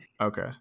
Okay